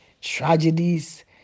tragedies